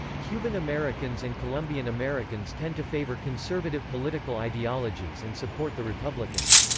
cuban americans and colombian americans tend to favor conservative political ideologies and support the republicans.